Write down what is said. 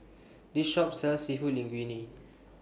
This Shop sells Seafood Linguine